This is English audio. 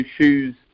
shoes